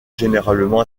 généralement